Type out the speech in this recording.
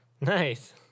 Nice